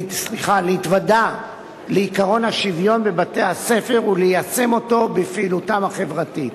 להתוודע לעקרון השוויון בבתי-הספר וליישם אותו בפעילותם החברתית.